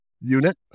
unit